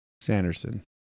Sanderson